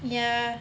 ya